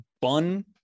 bun